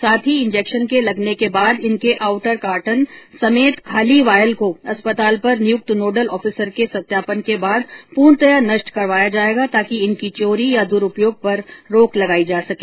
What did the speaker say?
साथ ही इंजेक्शन के लगने के बाद इनके आउटर कार्टन समेत खाली वायल को अस्पताल पर नियुक्त नोडल ऑफिसर से सत्यापन के बाद पूर्णतया नष्ट करवाया जाएगा ताकि इनकी चोरी या द्ररूपयोग पर रोक लगाई जा सके